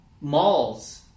malls